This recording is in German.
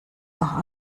nach